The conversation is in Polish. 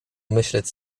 myśleć